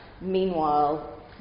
Meanwhile